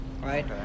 Right